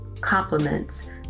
compliments